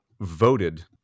voted